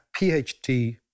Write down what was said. PhD